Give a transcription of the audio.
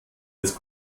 des